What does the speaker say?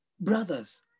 brothers